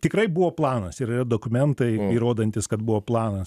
tikrai buvo planas ir yra dokumentai įrodantys kad buvo planas